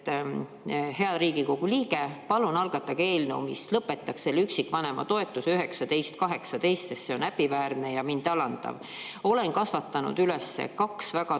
"Hea Riigikogu liige, palun algatage eelnõu, mis lõpetaks selle üksikvanema toetuse 19.18, sest see on häbiväärne ja mind alandav. Olen kasvatanud üles kaks väga